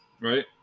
right